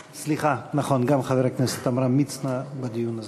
סליחה, נכון, גם חבר הכנסת עמרם מצנע בדיון הזה.